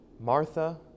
Martha